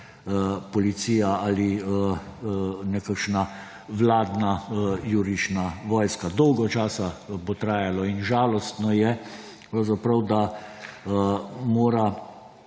policija ali nekakšna vladna jurišna vojska. Dolgo časa bo trajalo in žalostno je pravzaprav, da mora